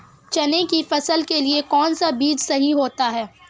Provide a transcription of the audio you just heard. चने की फसल के लिए कौनसा बीज सही होता है?